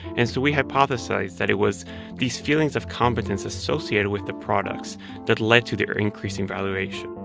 and so we hypothesized that it was these feelings of competence associated with the products that led to their increasing valuation